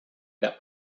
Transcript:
that